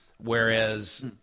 whereas